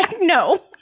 No